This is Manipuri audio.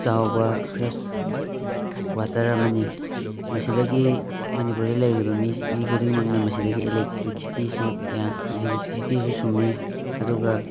ꯆꯥꯎꯕ ꯐ꯭ꯔꯦꯁ ꯋꯥꯇꯔ ꯑꯃꯅꯤ ꯃꯁꯤꯗꯒꯤ ꯃꯅꯤꯄꯨꯔꯗ ꯂꯩꯔꯤꯕ ꯃꯤ ꯈꯨꯗꯤꯡꯃꯛꯅ ꯃꯁꯤꯗꯒꯤ ꯑꯦꯂꯦꯛꯇ꯭ꯔꯤꯛꯁꯤꯇꯤꯁꯨ ꯀꯌꯥ ꯏꯂꯦꯛꯇ꯭ꯔꯤꯁꯤꯁꯨ ꯁꯨꯝꯉꯤ ꯑꯗꯨꯒ